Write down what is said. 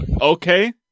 Okay